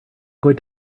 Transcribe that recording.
going